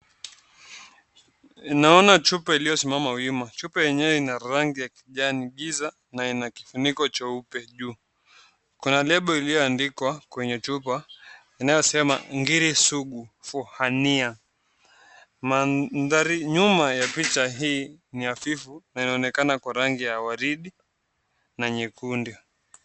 Naona chupa iliyo simama wima. Chupa enyewe Ina rangi ya kijani giza na ina kifuniko jeupe juu. Kuna lebo iliyo andikwa kwenye chupa inayo sema ngiru sugu fohania. Mandhari nyuma ya picha hii ni afifu na inaonekana kwa rangi ya waridi na nyekundu.